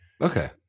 Okay